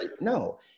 no